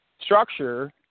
structure